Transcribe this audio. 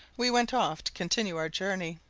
we went off to continue our journey.